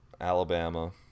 Alabama